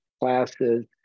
classes